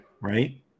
right